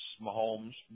Mahomes